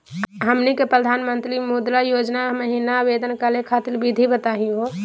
हमनी के प्रधानमंत्री मुद्रा योजना महिना आवेदन करे खातीर विधि बताही हो?